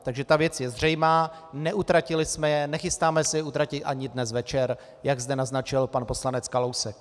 Takže ta věc je zřejmá, neutratili jsme je, nechystáme se je utratit ani dnes večer, jak zde naznačil pan poslanec Kalousek.